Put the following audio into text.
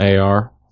AR